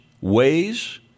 ways